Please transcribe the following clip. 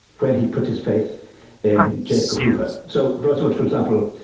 when he put his faith in j edgar hoover. so roosevelt, for example,